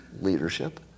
Leadership